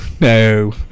No